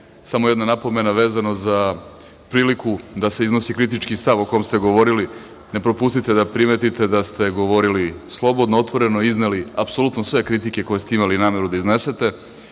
samo jedna napomena vezano za priliku da se iznosi kritički stav o kom ste govorili, ne propustite da primetite da ste govorili, slobodno i otvoreno izneli apsolutno sve kritike koje ste imali nameru da iznesete